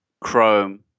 Chrome